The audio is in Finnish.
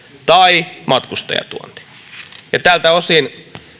tai matkustajatuonti tältä osin